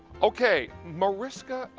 okay. mariska.